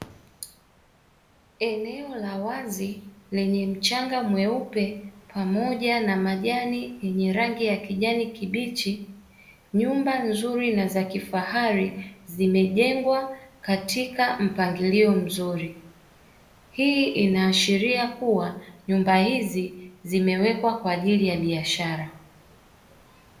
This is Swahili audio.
Eneo la wazi lenye mchanga mweupe pamoja na majani yenye rangi ya kijani kibichi, nyumba nzuri na za kifahari imejengwa katika mpangilio mzuri; hii inaashiria kuwa nyumba hizi zimewekwa kwa ajili ya biashara.